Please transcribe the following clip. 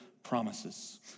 Promises